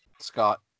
Scott